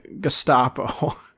Gestapo